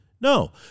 No